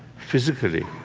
physically,